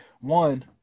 one